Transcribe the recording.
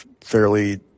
fairly